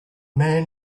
man